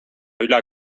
üle